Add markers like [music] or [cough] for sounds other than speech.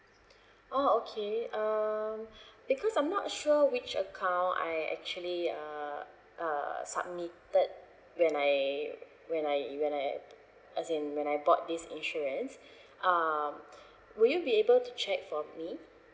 oh okay um [breath] because I'm not sure which account I actually uh uh submitted when I when I i~ when I [noise] as in when I bought this insurance um [breath] will you be able to check for me